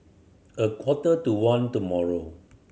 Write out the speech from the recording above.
a quarter to one tomorrow